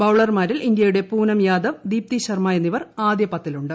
ബൌളർമാരിൽ പ്ടൂനം യാദവ് ദീപ്തിശർമ്മ എന്നിവർ ആദ്യ പത്തിലുണ്ട്